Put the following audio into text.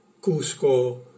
Cusco